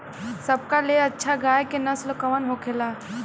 सबका ले अच्छा गाय के नस्ल कवन होखेला?